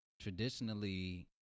Traditionally